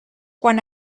quan